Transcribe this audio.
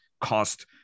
cost